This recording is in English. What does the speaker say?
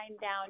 down